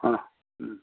ಹಾಂ ಹ್ಞೂ